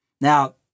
Now